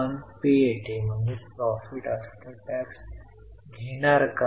आपण पीएटी घेणार का